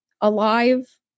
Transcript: alive